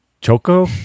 choco